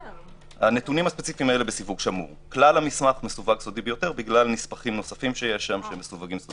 כלל המסמך מסווג סודי ביותר בגלל נספחים נוספים שיש שם שכך מסווגים.